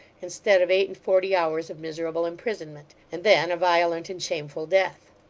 instead of eight-and-forty hours of miserable imprisonment, and then a violent and shameful death.